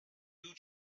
blue